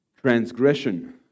transgression